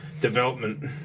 Development